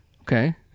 okay